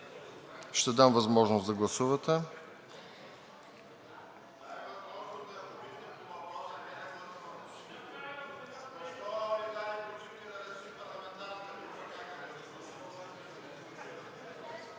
Ви дам възможност да гласувате.